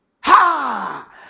Ha